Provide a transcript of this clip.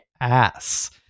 ass